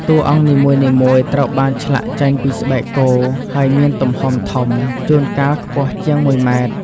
តួអង្គនីមួយៗត្រូវបានឆ្លាក់ចេញពីស្បែកគោ ហើយមានទំហំធំ ជួនកាលខ្ពស់ជាង ១ ម៉ែត្រ។